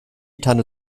tanne